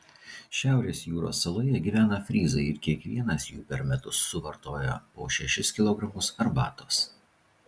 šiaurės jūros saloje gyvena fryzai ir kiekvienas jų per metus suvartoja po šešis kilogramus arbatos